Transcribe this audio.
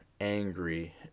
angry